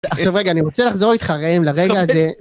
עכשיו רגע אני רוצה לחזור איתך ראם לרגע הזה